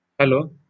Hello